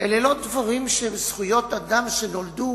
אלה לא דברים שהם זכויות אדם שנולדו